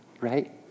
right